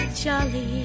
jolly